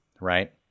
Right